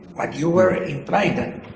like you were implying that.